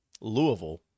Louisville